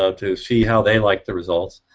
um to see how they like the results.